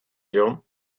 you